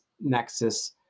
Nexus